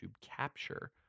Capture